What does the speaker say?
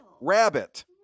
Rabbit